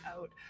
out